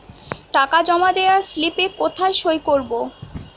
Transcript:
টাকা জমা দেওয়ার স্লিপে কোথায় সই করব?